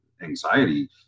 anxiety